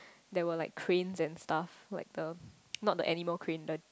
that were like crane and stuff like the not the animal kingdom